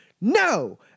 no